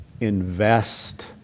invest